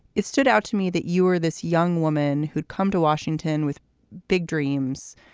it stood out to me that you were this young woman who'd come to washington with big dreams,